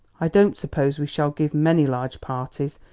i don't suppose we shall give many large parties,